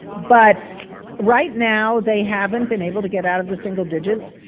but right now they haven't been able to get out of the single digits.